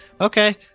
okay